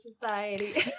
society